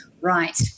right